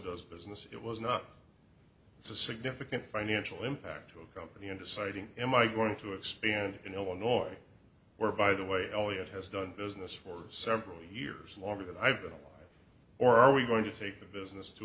does business it was not it's a significant financial impact to a company in deciding am i going to expand in illinois or by the way eliot has done business for several years longer than i've been or are we going to take the business to